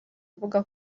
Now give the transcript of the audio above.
avuga